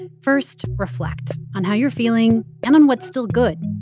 and first, reflect on how you're feeling and on what's still good.